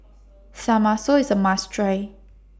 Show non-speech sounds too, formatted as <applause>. <unintelligible> IS A must Try